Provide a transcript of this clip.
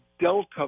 Delta